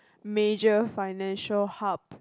major financial hub